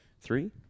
three